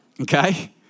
Okay